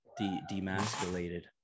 demasculated